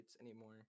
anymore